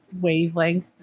wavelength